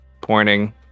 pointing